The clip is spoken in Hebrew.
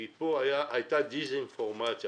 כי פה הייתה דיסאינפורמציה